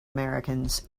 americans